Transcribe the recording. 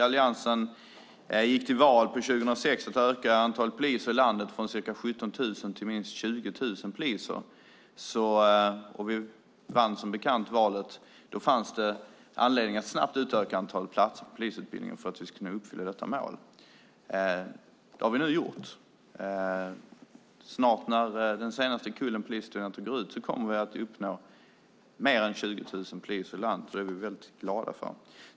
Alliansen gick 2006 till val på att öka antalet poliser i landet från ca 17 000 till minst 20 000 poliser, och vi vann som bekant valet. Då fanns det anledning att snabbt utöka polisutbildningen för att vi skulle kunna uppfylla detta mål. Det har vi nu gjort. När snart den senaste kullen polisstuderande går ut kommer vi att uppnå mer än 20 000 poliser i landet, och det är vi väldigt glada för.